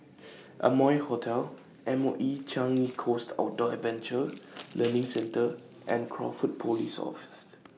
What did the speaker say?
Amoy Hotel M O E Changi Coast Outdoor Adventure Learning Centre and Crawford Police Office